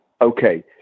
okay